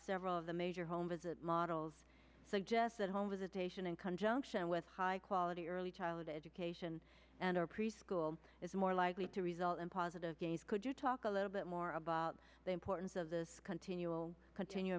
several of the major home visit models suggest that home with a patient in country unction with high quality early childhood education and or preschool is more likely to result in positive gains could you talk a little bit more about the importance of this continual continu